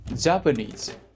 Japanese